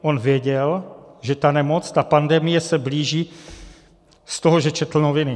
On věděl, že ta nemoc, ta pandemie se blíží, z toho, že četl noviny.